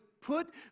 put